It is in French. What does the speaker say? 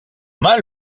mal